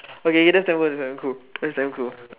okay that's damn cool that's damn cool that's damn cool